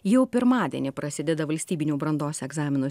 jau pirmadienį prasideda valstybinių brandos egzaminų